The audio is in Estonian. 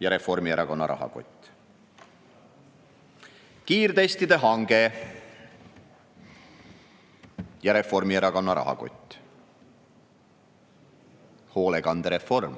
ja Reformierakonna rahakott. Kiirtestide hange ja Reformierakonna rahakott. Hoolekandereform